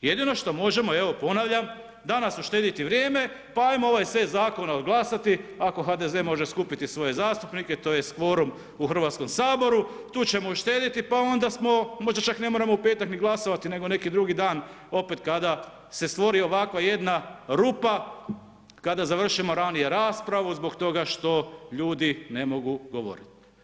Jedino što možemo evo ponavljam, danas uštediti vrijeme pa ajmo ovaj set zakona odglasati ako HDZ može skupiti svoje zastupnike tj. kvorum u Hrvatskom saboru, tu ćemo uštediti pa onda smo možda čak ne moramo u petak ni glasovati nego neki drugi dan opet kada se stvori ovakva jedna rupa kada završimo ranije raspravu zbog toga što ljudi ne mogu govorit.